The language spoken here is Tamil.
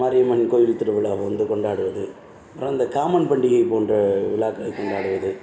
மாரியம்மன் கோயில் திருவிழாவை வந்து கொண்டாடுவது அப்புறம் அந்த காமன் பண்டிகை போன்ற விழாக்களை கொண்டாடுவது